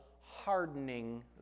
hardening